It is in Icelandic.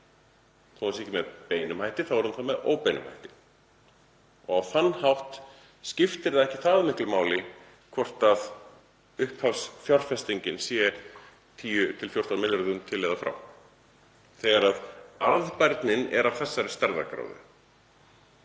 Þó að það sé ekki með beinum hætti þá er hún arðbær með óbeinum hætti og á þann hátt skiptir það ekki það miklu máli hvort upphafsfjárfestingin sé 10–14 milljarðar til eða frá þegar arðbærnin er af þessari stærðargráðu.